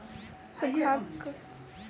सूखाड़क कारणेँ देस मे खाद्यक अभाव भ गेल छल